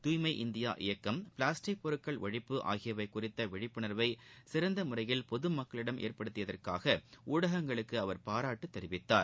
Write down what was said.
துய்மை இந்தியா இயக்கம் பிளாஸ்டிக் பொருட்கள் ஒழிப்பு ஆகியவை குறித்த விழிப்புணர்வை சிறந்த முறையில் பொது மக்களிடம் ஏற்படுத்தியதற்காக ஊடகங்களுக்கு அவர் பாராட்டு தெரிவித்தார்